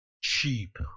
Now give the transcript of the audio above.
cheap